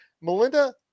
Melinda